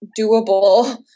doable